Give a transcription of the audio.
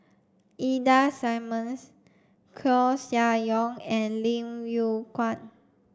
Ida Simmons Koeh Sia Yong and Lim Yew Kuan